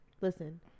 Listen